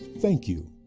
thank you.